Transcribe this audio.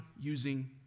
using